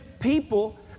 people